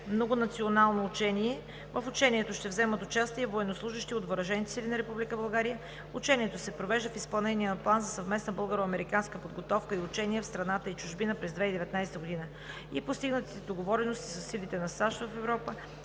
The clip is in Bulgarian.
Многонационално учение. В учението ще вземат участие военнослужещи от въоръжените сили на Република България. Учението се провежда в изпълнение на План за съвместна българо-американска подготовка и учение в страната и чужбина през 2019 г. и постигнатите договорености със силите на САЩ в Европа